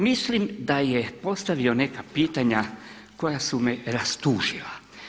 Mislim da je postavio neka pitanja koja su me rastužila.